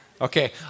Okay